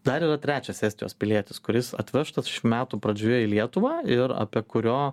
dar yra trečias estijos pilietis kuris atvežtas šių metų pradžioje į lietuvą ir apie kurio